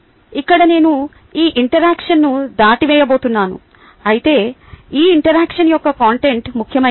ఇక్కడ నేను ఈ ఇంటరాక్షన్ను దాటవేయబోతున్నాను అయితే ఈ ఇంటరాక్షన్ యొక్క కంటెంట్ ముఖ్యమైనది